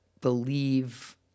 believe